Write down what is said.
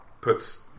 puts